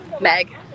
Meg